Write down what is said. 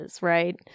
right